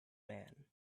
man